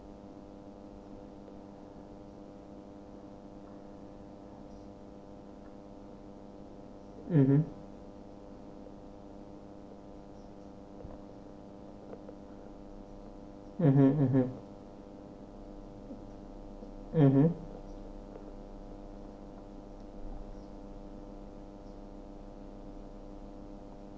mmhmm